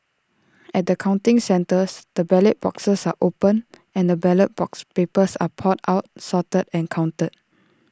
at the counting centres the ballot boxes are opened and the ballot papers are poured out sorted and counted